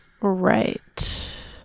Right